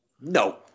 no